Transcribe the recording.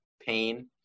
pain